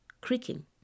creaking